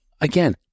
again